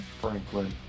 franklin